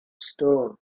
stone